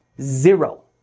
Zero